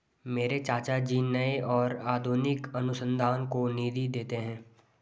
मेरे चाचा जी नए और आधुनिक अनुसंधान को निधि देते हैं